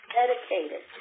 dedicated